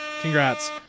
Congrats